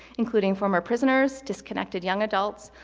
including former prisoners, disconnected young adults,